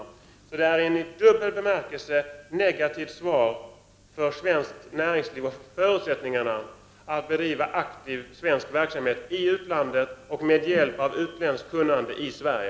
Detta svar är därför i dubbel bemärkelse negativt för svenskt näringslivs förutsättningar att bedriva aktiv svensk verksamhet i utlandet och med hjälp av utländskt kunnande i Sverige.